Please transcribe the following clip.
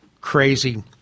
crazy